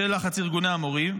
בשל לחץ ארגוני המורים,